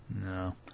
No